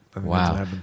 Wow